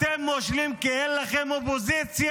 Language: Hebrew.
אתם מושלים כי אין לכם אופוזיציה.